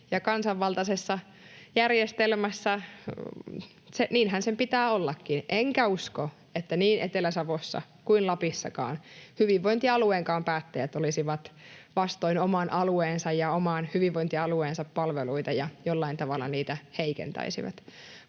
Kansanvaltaisessa järjestelmässä niinhän sen pitää ollakin, enkä usko, että niin Etelä-Savossa kuin Lapissakaan hyvinvointialueenkaan päättäjät olisivat vastoin oman alueensa ja oman hyvinvointialueensa palveluita ja jollain tavalla niitä heikentäisivät.